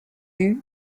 vue